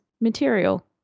material